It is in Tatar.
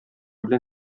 белән